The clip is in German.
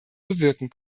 bewirken